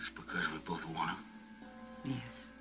because we both wanna yes